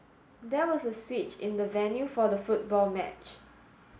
there was a switch in the venue for the football match